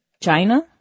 China